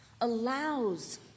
allows